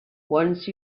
once